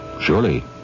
Surely